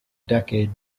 decade